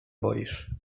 boisz